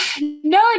no